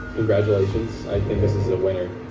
congratulations. i think this is a winner.